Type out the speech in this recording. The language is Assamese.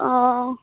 অঁ